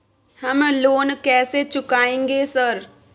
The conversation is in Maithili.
हम लोन कैसे चुकाएंगे सर?